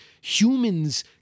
humans